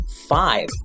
five